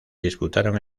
disputaron